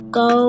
go